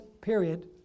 period